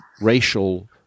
racial